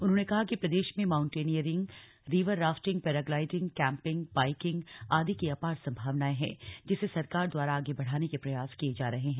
उन्होंने कहा कि प्रदेश में mountaineering river rafting paragliding camping biking आदि की अपार सम्भावनाए है जिसे सरकार द्वारा आगे बढ़ाने के प्रयास किये जा रहे हैं